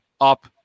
up